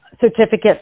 certificates